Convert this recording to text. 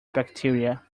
bacteria